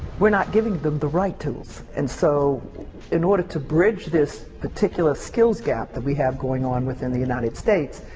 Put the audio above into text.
we're not giving them the right tools, and so in order to bridge this particular skills gap we have going on within the united states,